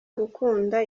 gukunda